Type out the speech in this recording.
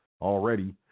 Already